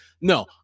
No